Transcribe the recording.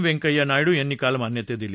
व्यंकैय्या नायडू यांनी काल मान्यता दिली